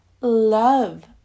love